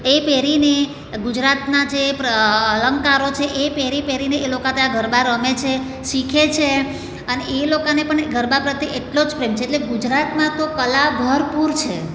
એ પહેરીને ગુજરાતના જે અલંકારો છે એ પહેરી પહેરીને એ લોકો ત્યાં ગરબા રમે છે શીખે છે અને એ લોકોને પણ ગરબા પ્રત્યે એટલો જ પ્રેમ છે એટલે ગુજરાતમાં તો કલા ભરપૂર છે